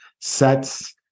Sets